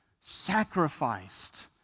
sacrificed